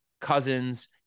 Cousins